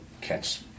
catch